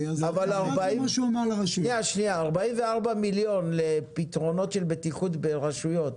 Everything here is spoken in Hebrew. אבל 44 מיליון לפתרונות של בטיחות ברשויות,